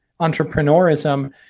entrepreneurism